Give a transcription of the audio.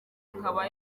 akaba